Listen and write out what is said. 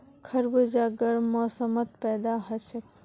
खरबूजा गर्म मौसमत पैदा हछेक